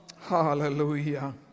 Hallelujah